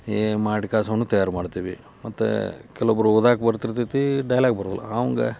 ಏ ಮಾಡಿ ಕೆಲಸವನ್ನು ತಯಾರು ಮಾಡ್ತೀವಿ ಮತ್ತು ಕೆಲವೊಬ್ಬರು ಓದಕ್ಕೆ ಬರ್ತಿರ್ತೈತಿ ಡೈಲಾಗ್ ಬರಲ್ಲ ಅವಂಗೆ